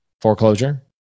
Foreclosure